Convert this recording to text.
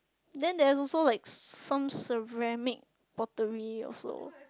then they also like some ceramic botanic also